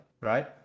Right